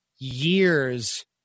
years